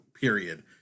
period